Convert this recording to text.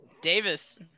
Davis